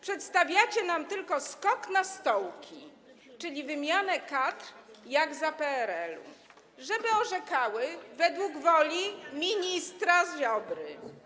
Przedstawiacie nam tylko skok na stołki, czyli wymianę kadr jak za PRL, tak żeby orzekały według woli ministra Ziobry.